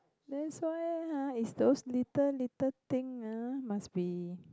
then here ah is those little little thing ah must be